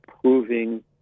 proving